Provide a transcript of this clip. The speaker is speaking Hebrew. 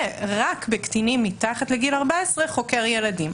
ורק בקטינים מתחת לגיל 14 חוקר ילדים.